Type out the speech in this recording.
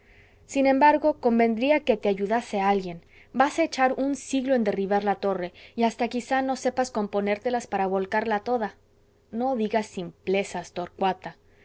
sin embargo convendría que te ayudase alguien vas a echar un siglo en derribar la torre y hasta quizá no sepas componértelas para volcarla toda no digas simplezas torcuata